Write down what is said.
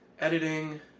editing